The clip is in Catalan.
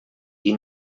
qui